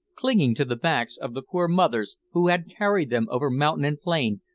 clinging to the backs of the poor mothers, who had carried them over mountain and plain,